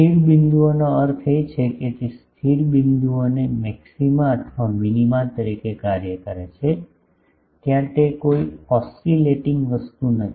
સ્થિર બિંદુઓનો અર્થ એ છે કે તે સ્થિર બિંદુઓને મેક્સિમા અથવા મિનિમા તરીકે કાર્ય કરે છે ત્યાં તે કોઈ ઓસિલેટીંગ વસ્તુ નથી